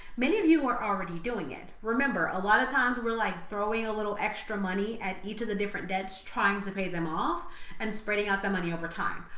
many of you are already doing it. remember, a lot of times we're like throwing a little extra money at each of the different debts, trying to pay them off and spreading out the money over time.